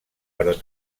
però